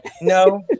No